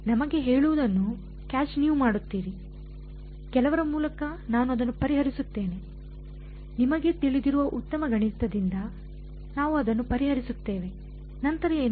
ನಮಗೆ ಹೇಳುವುದನ್ನು ಕ್ಯಾಚ್ ನೀವು ನೋಡುತ್ತೀರಿ ಕೆಲವರ ಮೂಲಕ ನಾನು ಅದನ್ನು ಪರಿಹರಿಸುತ್ತೇನೆ ನಿಮಗೆ ತಿಳಿದಿರುವ ಉತ್ತಮ ಗಣಿತ ದಿಂದ ನಾವು ಅದನ್ನು ಪರಿಹರಿಸುತ್ತೇವೆ ನಂತರ ಏನು